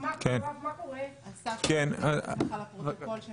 (היו"ר רם שפע, 13:51) אני